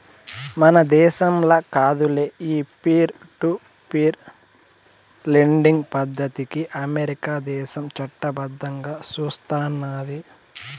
మన దేశంల కాదులే, ఈ పీర్ టు పీర్ లెండింగ్ పద్దతికి అమెరికా దేశం చట్టబద్దంగా సూస్తున్నాది